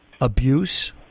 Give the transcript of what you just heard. abuse